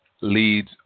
leads